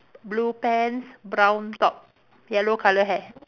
blue pants brown top yellow colour hair